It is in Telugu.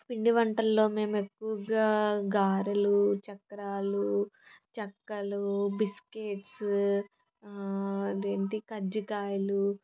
పిండి వంటలలో మేము ఎక్కువగా గారెలు చక్రాలు చక్కలు బిస్కెట్స్ ఆ అదేంటి కజ్జికాయలు